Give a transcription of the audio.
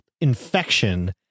infection